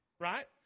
right